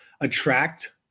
attract